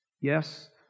Yes